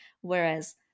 whereas